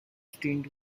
stint